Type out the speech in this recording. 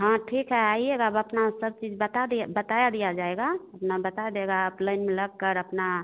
हाँ ठीक है आइएगा अब अपना सब चीज़ बता दिया बता दिया जाएगा अपना बता देगा आप लाइन में लगकर अपना